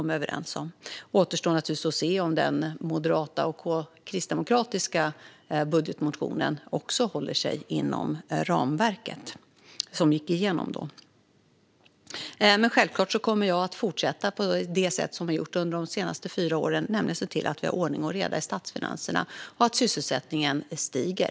Det återstår förstås att se om den moderata och kristdemokratiska budgetmotionen också håller sig inom ramverket. Självklart kommer jag att fortsätta på samma sätt som under de senaste fyra åren, nämligen att se till att vi har ordning och reda i statsfinanserna och att sysselsättningen stiger.